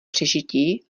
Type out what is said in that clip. přežití